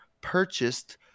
purchased